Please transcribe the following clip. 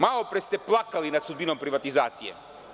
Malopre ste plakali nad sudbinom privatizacije.